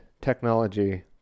Technology